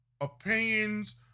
Opinions